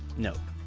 note,